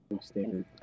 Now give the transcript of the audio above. standard